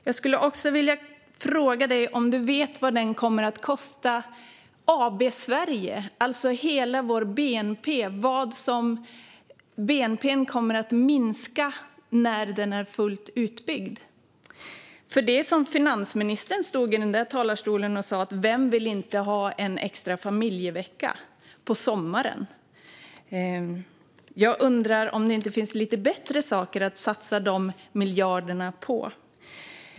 Jag skulle även vilja fråga dig: Vet du vad den kommer att kosta AB Sverige, alltså hur mycket hela vår bnp kommer att minska när veckan är fullt utbyggd? Finansministern stod här i talarstolen och sa: Vem vill inte ha en extra familjevecka på sommaren? Jag undrar om det inte finns lite bättre saker att satsa dessa miljarder på.